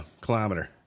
Kilometer